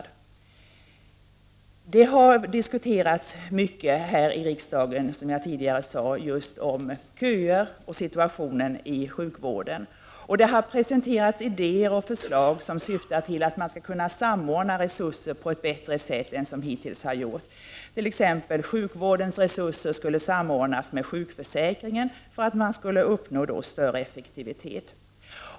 Det har, som jag tidigare sade, diskuterats mycket här i riksdagen om köer och om situationen inom sjukvården i övrigt. Det har presenterats idéer och förslag syftande till en bättre samordning av resurser än hittills. Det har t.ex. föreslagits att sjukvårdens resurser nu skulle samordnas med sjukförsäkringen för uppnående av större effektivitet.